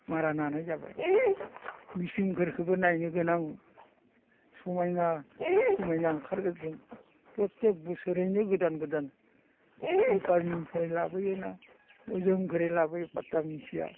मारा नानाय जाबाय मेसिनफोरखौबो नायनो गोनां समायना समायना ओंखारगासिनो फ्रथेख बोसोरैनो गोदान गोदान खम्फानिनिफ्राय लाबोयोना बोजोंनिफ्राय लाबोयो फाथ्था मिनथिया